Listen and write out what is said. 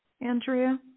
Andrea